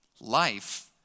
Life